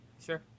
Sure